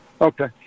Okay